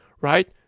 right